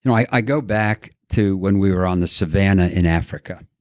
you know i go back to when we were on the savannah in africa